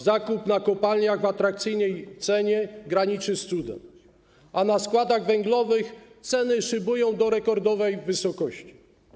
Zakup na kopalniach w atrakcyjnej cenie graniczy z cudem, a na składach węglowych ceny szybują do rekordowej wysokości.